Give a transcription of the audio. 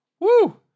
Woo